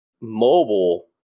Mobile